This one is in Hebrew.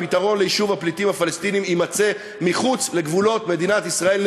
הפתרון ליישוב הפליטים הפלסטינים יימצא מחוץ לגבולות מדינת ישראל.